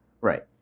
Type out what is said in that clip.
Right